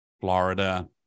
Florida